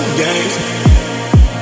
games